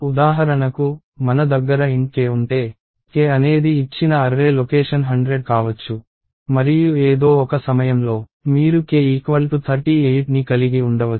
ఉదాహరణకు మన దగ్గర int k ఉంటే k అనేది ఇచ్చిన array లొకేషన్ 100 కావచ్చు మరియు ఏదో ఒక సమయంలో మీరు k38 ని కలిగి ఉండవచ్చు